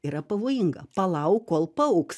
yra pavojinga palauk kol paaugs